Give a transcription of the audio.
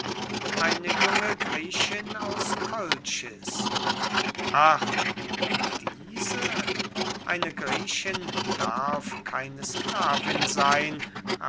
eine junge griechin aus kolchis ach diese eine griechin darf keine sklavin seyn